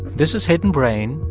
this is hidden brain.